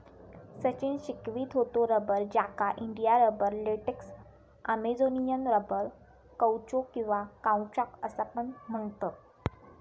सचिन शिकवीत होतो रबर, ज्याका India rubber, latex, Amazonian rubber, कौचो किंवा काउचॉक असा पण म्हणतत